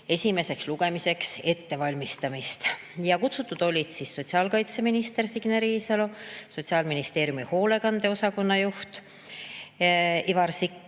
esimeseks lugemiseks ettevalmistamist. Kutsutud olid sotsiaalkaitseminister Signe Riisalo, Sotsiaalministeeriumi hoolekandeosakonna juht Ivar Sikk,